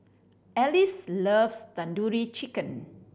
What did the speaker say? Alize loves Tandoori Chicken